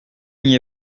n’y